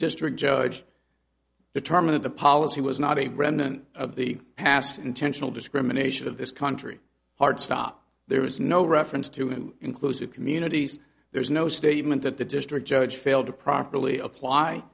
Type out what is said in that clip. district judge determine if the policy was not a remnant of the past intentional discrimination of this country hard stop there is no reference to an inclusive communities there is no statement that the district judge failed to properly apply